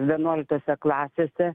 vienuoliktose klasėse